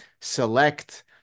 select